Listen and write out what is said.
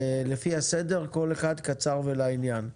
לפי הסדר, כל אחד קצר ולעניין.